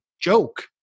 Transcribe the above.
joke